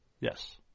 Yes